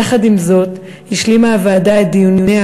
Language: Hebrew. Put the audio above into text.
יחד עם זאת השלימה הוועדה את דיוניה